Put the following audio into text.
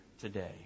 today